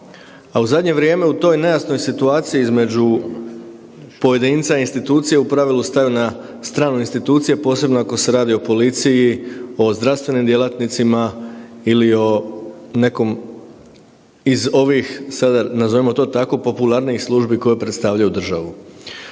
A u zadnje vrijeme u toj nejasnoj situaciji između pojedinca i institucije u pravilu staju na stranu institucije posebno ako se radi o policiji o zdravstvenim djelatnicima ili o nekom iz ovih sada nazovimo to tako popularnijih službi koje predstavljaju državu.